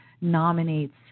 nominates